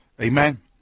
Amen